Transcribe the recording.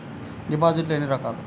డిపాజిట్లు ఎన్ని రకాలు?